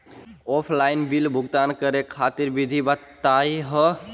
Offline bill भुगतान करे खातिर विधि बताही हो?